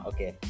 Okay